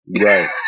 Right